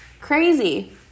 Crazy